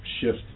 shift